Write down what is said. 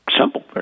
simple